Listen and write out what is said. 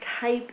type